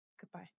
Goodbye